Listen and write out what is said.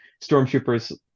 stormtroopers